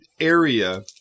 area